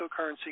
cryptocurrency